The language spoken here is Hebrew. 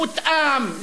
מותאם,